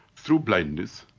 through blindness,